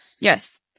yes